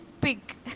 pick